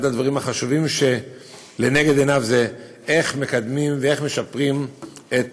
אחד הדברים החשובים שלנגד עיניו זה איך מקדמים ואיך משפרים את